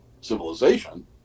civilization